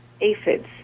aphids